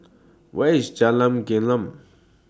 Where IS Jalan Gelam